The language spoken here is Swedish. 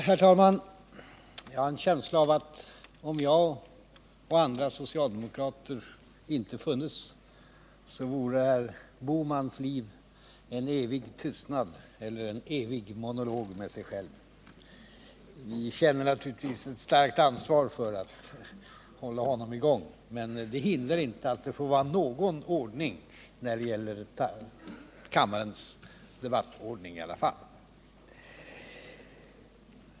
Herr talman! Jag har en känsla av att om jag och andra socialdemokrater inte funnes, så vore herr Bohman i en evig tystnad eller en evig monolog med sig själv. Vi känner naturligtvis ett starkt ansvar för att hålla honom i gång, men det hindrar inte att det får vara någon ordning på kammarens debatt.